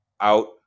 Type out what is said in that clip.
out